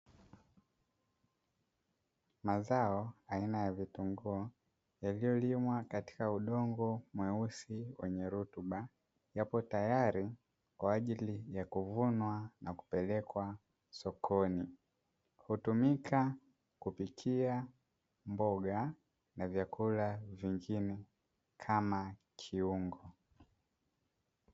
Mazao aina ya vitunguu, vilivyolimwa katika udongo mweusi wenye rutuba, yapo tayari kwa ajili ya kuvunwa na kupelekwa sokoni. Hutumika kupikia mboga na vyakula vingine kama kiungo.